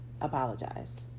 apologize